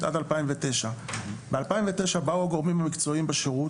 עד 2009. ב-2009 באו הגורמים המקצועיים בשירות.